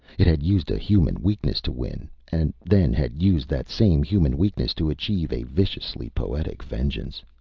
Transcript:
it had used a human weakness to win and then had used that same human weakness to achieve a viciously poetic vengeance.